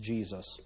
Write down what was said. Jesus